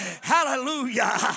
Hallelujah